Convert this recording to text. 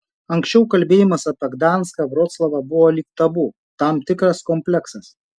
anksčiau kalbėjimas apie gdanską vroclavą buvo lyg tabu tam tikras kompleksas